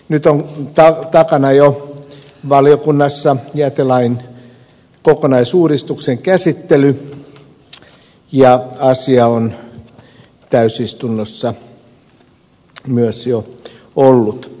nyt on takana jo valiokunnassa jätelain kokonaisuudistuksen käsittely ja asia on myös jo täysistunnossa ollut